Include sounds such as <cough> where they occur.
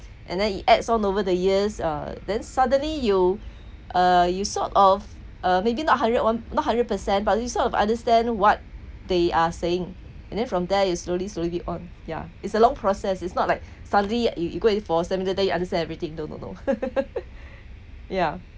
and then it adds on over the years uh then suddenly you uh you sort of uh maybe not hundred one not hundred percent but you sort of understand what they are saying and then from there you slowly slowly on yeah is a long process it's not like suddenly you you go and for seminar then you understand everything no no no <laughs> ya